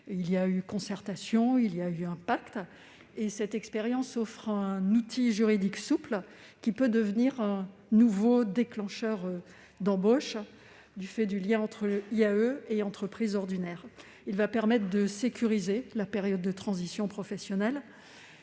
Il y a eu concertation, un pacte a été remis ; cette expérimentation offre un outil juridique souple qui peut devenir un nouveau déclencheur d'embauche, du fait du lien entre SIAE et entreprises ordinaires, et permettra de sécuriser la période de transition professionnelle.